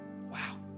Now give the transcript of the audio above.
Wow